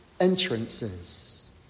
entrances